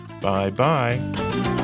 Bye-bye